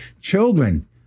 children